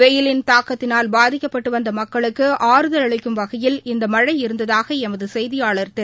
வெய்யிலின் தாக்கத்தினால் பாதிக்கப்பட்டுவந்தமக்களுக்குஆறுதல் அளிக்கும் வகையில் இந்தமழழ இருந்ததாகஎமதுசெய்தியாளர் தெரிவிக்கிறார்